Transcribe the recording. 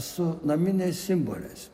su naminiais simbolis